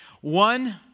One